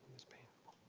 it's painful.